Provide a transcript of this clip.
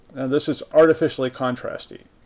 this is artificially contrasty,